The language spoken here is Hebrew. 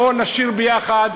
בואו נשיר ביחד.